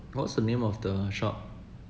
what's the name of the shop